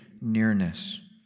nearness